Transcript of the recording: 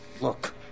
Look